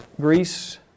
Greece